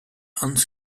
hans